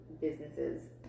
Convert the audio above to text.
businesses